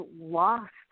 lost